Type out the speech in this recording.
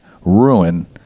ruin